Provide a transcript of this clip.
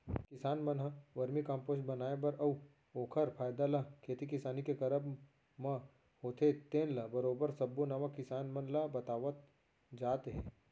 किसान मन ह वरमी कम्पोस्ट बनाए बर अउ ओखर फायदा ल खेती किसानी के करब म होथे तेन ल बरोबर सब्बो नवा किसान मन ल बतावत जात हे